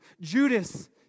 Judas